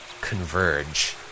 converge